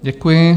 Děkuji.